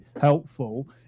helpful